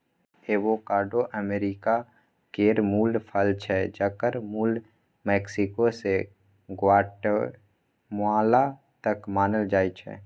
avocado America केर मुल फल छै जकर मुल मैक्सिको सँ ग्वाटेमाला तक मानल जाइ छै